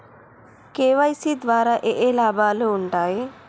KYC ద్వారా ఏఏ లాభాలు ఉంటాయి?